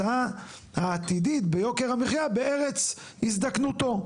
לצפי ההוצאה העתידית ביוקר המחיה בארץ הזדקנותו.